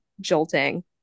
jolting